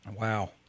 Wow